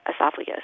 esophagus